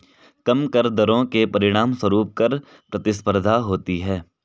कम कर दरों के परिणामस्वरूप कर प्रतिस्पर्धा होती है